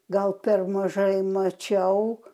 gal per mažai mačiau